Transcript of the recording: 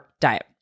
diet